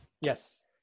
Yes